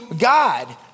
God